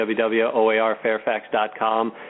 www.oarfairfax.com